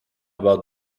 about